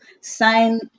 sign